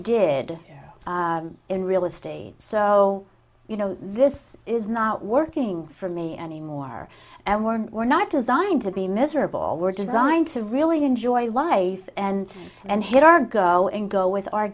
did in real estate so you know this is not working for me anymore and we're we're not designed to be miserable we're designed to really enjoy life and and hit our girl and go with our